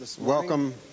Welcome